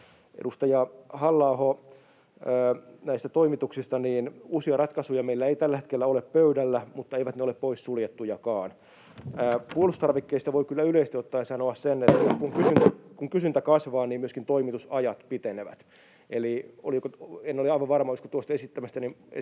Edustaja Halla-aholle näistä toimituksista: Uusia ratkaisuja meillä ei tällä hetkellä ole pöydällä, mutta eivät ne ole poissuljettujakaan. Puolustustarvikkeista voi kyllä yleisesti ottaen sanoa sen, että kun kysyntä kasvaa, niin myöskin toimitusajat pitenevät. Eli en ole aivan varma, olisiko tuosta esittämästänne mallista